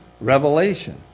revelation